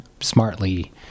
smartly